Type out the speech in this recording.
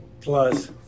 Plus